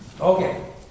Okay